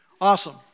awesome